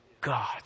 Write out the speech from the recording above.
God